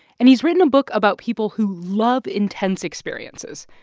and he's written a book about people who love intense experiences.